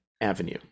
avenue